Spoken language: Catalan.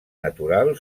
natural